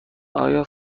آیا